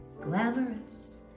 glamorous